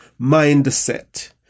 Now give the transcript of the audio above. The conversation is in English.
mindset